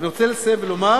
אני רוצה לסיים ולומר